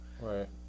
right